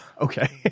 Okay